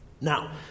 Now